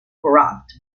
corrupt